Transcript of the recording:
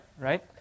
right